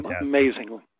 Amazing